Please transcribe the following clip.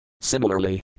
Similarly